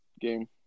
game